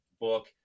book